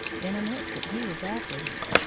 in an instant he was after them.